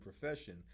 profession